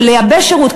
לייבש שירות,